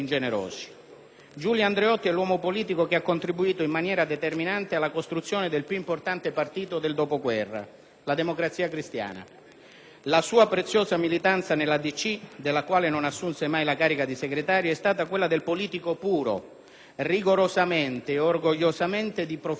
Giulio Andreotti è l'uomo politico che ha contribuito in maniera determinante alla costruzione del più importante partito del dopoguerra, la Democrazia Cristiana. La sua preziosa militanza nella DC, della quale non assunse mai la carica di segretario, è stata quella del politico puro, rigorosamente e orgogliosamente di professione,